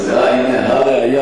אני לא יכול,